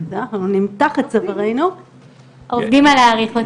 אני חושבת שאף פעם לא התקיים דיון בכנסת,